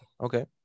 Okay